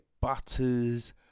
Butters